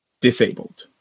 disabled